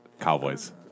Cowboys